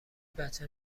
بچم